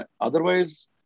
otherwise